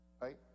right